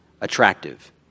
attractive